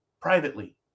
privately